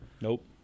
Nope